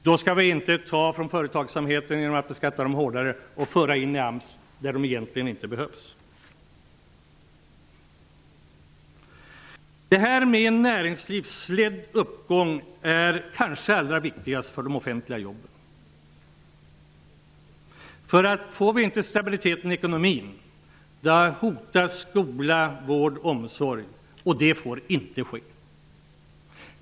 Då skall vi inte ta medel från företagsamheten genom att beskatta den hårdare och föra över dem till AMS, där de egentligen inte behövs. En näringslivsledd uppgång är kanske allra viktigast för de offentliga jobben. Får vi inte stabilitet i ekonomin hotas skola, vård och omsorg, och det får inte ske.